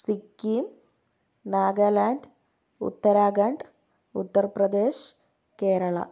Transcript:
Sikkim Nagaland Uttarakhand Uttar Pradesh Kerala